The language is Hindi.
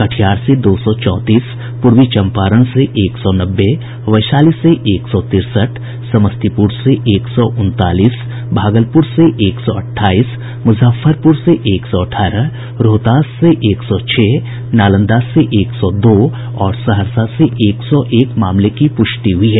कटिहार से दो सौ चौंतीस पूर्वी चंपारण से एक सौ नब्बे वैशाली से एक सौ तिरसठ समस्तीपुर से एक सौ उनतालीस भागलपुर से एक सौ अठाईस मुजफ्फरपुर से एक सौ अठारह रोहतास से एक सौ छह नालंदा से एक सौ दो और सहरसा से एक सौ एक मामले की पुष्टि हुई है